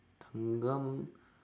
thanggam